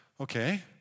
Okay